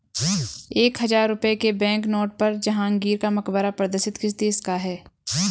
एक हजार रुपये के बैंकनोट पर जहांगीर का मकबरा प्रदर्शित किस देश का है?